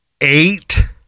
eight